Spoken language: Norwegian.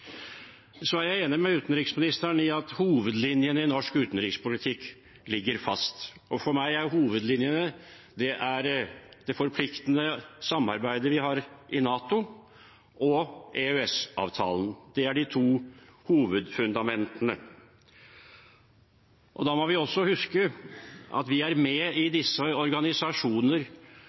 er enig med utenriksministeren i at hovedlinjene i norsk utenrikspolitikk ligger fast, og for meg er hovedlinjene det forpliktende samarbeidet vi har i NATO og EØS-avtalen. Det er de to hovedfundamentene. Da må vi også huske at vi er med i disse